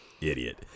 idiot